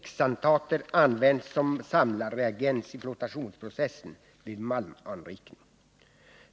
Xantater används som samlarreagens i flotationsprocessen vid malmanrikning.